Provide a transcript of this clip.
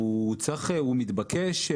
הוא מתבקש,